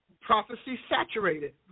prophecy-saturated